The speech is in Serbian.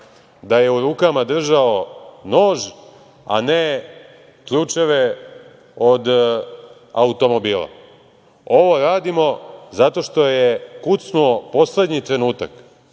da je u rukama držao nož, a ne ključeve od automobila. Ovo radimo zato što je kucnuo poslednji trenutak